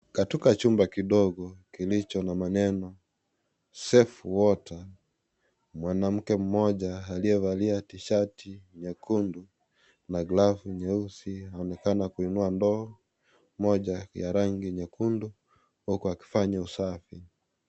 Katika chumba kidogo kilicho na maneno, safe water . Mwanamke mmoja aliyevalia tishati nyekundu na glavu nyeusi, anaonekana kuinua ndoo moja nyekundu huku akifanya usafi.